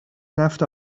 نفت